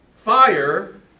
fire